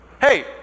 hey